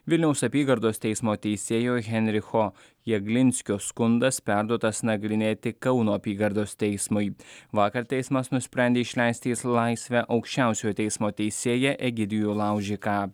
vilniaus apygardos teismo teisėjo heinricho jaglinskio skundas perduotas nagrinėti kauno apygardos teismui vakar teismas nusprendė išleisti į laisvę aukščiausiojo teismo teisėją egidijų laužiką